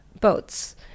boats